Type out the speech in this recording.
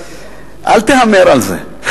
אל תהמר על זה.